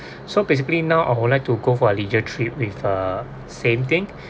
so basically now I would like to go for a leisure trip with uh same thing